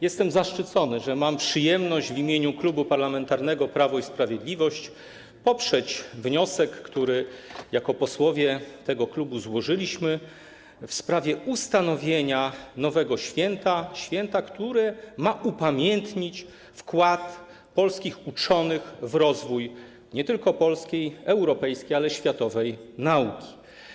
Jestem zaszczycony, że mam przyjemność w imieniu Klubu Parlamentarnego Prawo i Sprawiedliwość poprzeć wniosek, który jako posłowie tego klubu złożyliśmy w sprawie ustanowienia nowego święta, które ma upamiętnić wkład polskich uczonych w rozwój nie tylko polskiej, europejskiej, ale i światowej nauki.